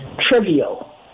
Trivial